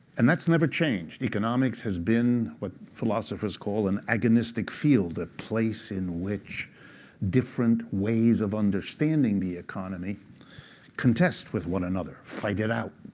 and that's never changed. economics has been what philosophers call an agonistic field, a place in which different ways of understanding the economy contest with one another, fight it out.